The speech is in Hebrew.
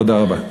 תודה רבה.